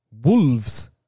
Wolves